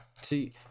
See